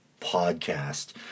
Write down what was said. podcast